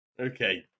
Okay